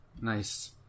Nice